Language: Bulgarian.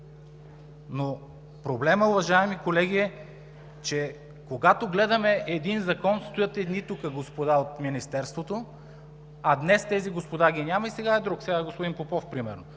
Проблемът, уважаеми колеги, е, че когато гледахме Закона, тук стояха едни господа от Министерството, а днес тези господа ги няма Сега е друг, сега е господин Попов примерно.